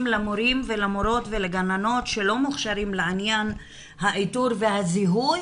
למורים ולמורות ולגננות שלא מוכשרים לעניין האיתור והזיהוי,